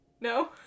No